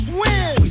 win